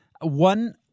one